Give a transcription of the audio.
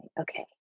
okay